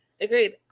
Agreed